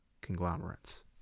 conglomerates